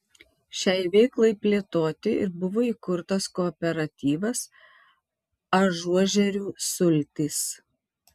šiai veiklai plėtoti ir buvo įkurtas kooperatyvas ažuožerių sultys